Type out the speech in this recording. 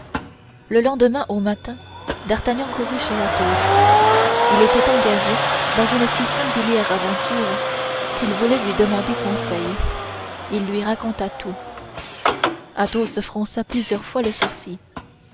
le lendemain au matin d'artagnan courut chez athos il était engagé dans une si singulière aventure qu'il voulait lui demander conseil il lui raconta tout athos fronça plusieurs fois le sourcil